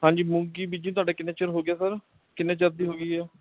ਹਾਂਜੀ ਮੂੰਗੀ ਬੀਜੀ ਨੂੰ ਤੁਹਾਡੇ ਕਿੰਨੇ ਚਿਰ ਹੋ ਗਿਆ ਸਰ ਕਿੰਨੇ ਚਿਰ ਦੀ ਹੋ ਗਈ ਹੈ